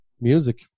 music